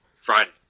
Friday